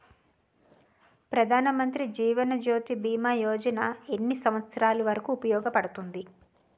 ప్రధాన్ మంత్రి జీవన్ జ్యోతి భీమా యోజన ఎన్ని సంవత్సారాలు వరకు ఉపయోగపడుతుంది?